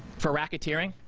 for racketeering.